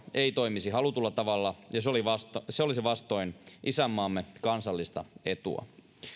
ei toimisi halutulla tavalla ja se olisi vastoin isänmaamme kansallista etua